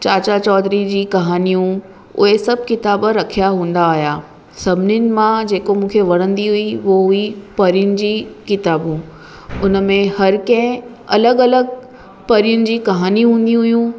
चाचा चौधरी जी कहाणियूं उहे सभु किताब रखिया हूंदा हुया सभिनिनि मां जेको मूंखे वणंदी हुई हो हुई परियुनि जी किताबु उन में हर कंहिं अलॻि अलॻि परियुनि जी कहाणियूं हूंदियूं हुयूं